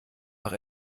noch